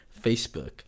facebook